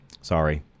sorry